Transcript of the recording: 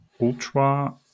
ultra